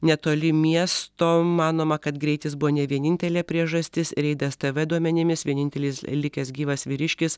netoli miesto manoma kad greitis buvo ne vienintelė priežastis reidas tv duomenimis vienintelis likęs gyvas vyriškis